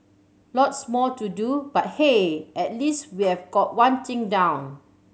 lots more to do but hey at least we'll got one thing down